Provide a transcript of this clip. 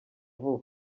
vuba